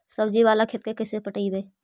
सब्जी बाला खेत के कैसे पटइबै?